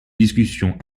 discussions